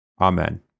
Amen